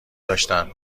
داشتند